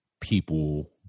people